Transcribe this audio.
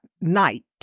night